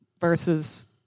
Versus